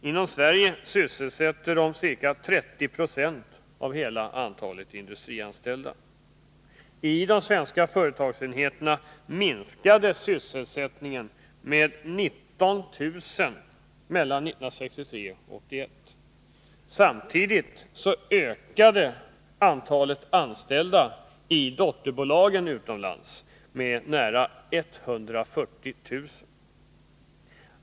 Inom Sverige sysselsätter de ca 30 90 av hela antalet industrianställda. I de svenska företagsenheterna minskade sysselsättningen med 19 000 mellan 1963 och 1981. Samtidigt ökade antalet anställda i dotterbolagen utomlands med nära 140 000.